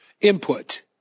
Input